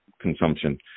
consumption